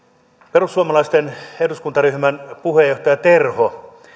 perussuomalaisten eduskuntaryhmän puheenjohtaja terho